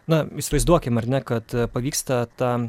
na įsivaizduokim ar ne kad pavyksta tą